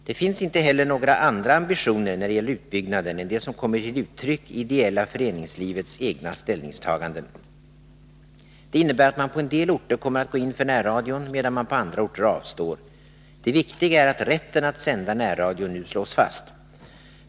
Det finns inte heller några andra ambitioner när det gäller utbyggnaden än de som kommer till uttryck i det ideella föreningslivets egna ställningstaganden. Det innebär att man på en del orter kommer att gå in för närradion, medan man på andra orter avstår. Det viktiga är att rätten att sända närradio nu slås fast.